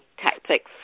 tactics